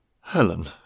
Helen